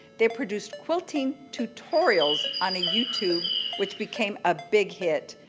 they produced quilting tutorials on a youtube which became a big hit.